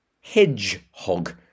hedgehog